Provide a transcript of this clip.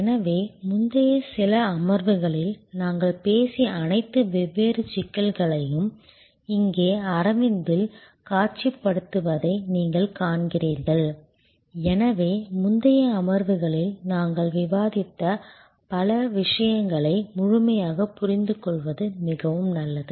எனவே முந்தைய சில அமர்வுகளில் நாங்கள் பேசிய அனைத்து வெவ்வேறு சிக்கல்களையும் இங்கே அரவிந்தில் காட்சிப்படுத்துவதை நீங்கள் காண்கிறீர்கள் எனவே முந்தைய அமர்வுகளில் நாங்கள் விவாதித்த பல விஷயங்களை முழுமையாகப் புரிந்துகொள்வது மிகவும் நல்லது